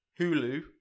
Hulu